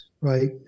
right